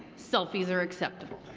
selfies are acceptable.